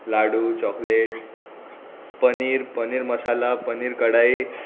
लाडू chocolate paneer paneer masala paneer कडाई